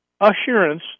assurance